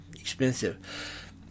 expensive